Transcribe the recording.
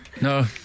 No